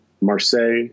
Marseille